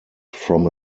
from